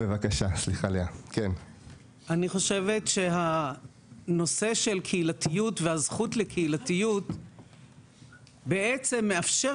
אני חושבת שהנושא של קהילתיות והזכות לקהילתיות בעצם מאפשר